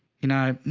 you know,